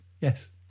yes